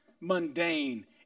mundane